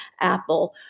Apple